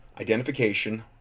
identification